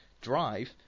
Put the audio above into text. drive